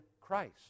Christ